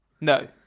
No